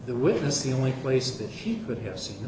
the witness the only place that she could have seen